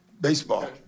Baseball